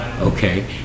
okay